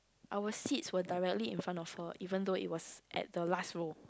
our seats were directly in front of her even though it was at the last row